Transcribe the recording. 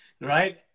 right